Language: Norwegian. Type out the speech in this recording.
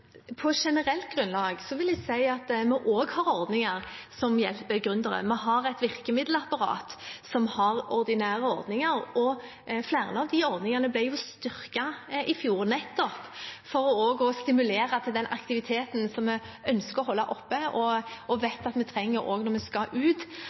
På generelt grunnlag vil jeg si at vi også har ordninger som hjelper gründere. Vi har et virkemiddelapparat som har ordinære ordninger. Flere av de ordningene ble styrket i fjor nettopp for å stimulere til den aktiviteten som vi ønsker å holde oppe, og som vi vet